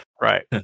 right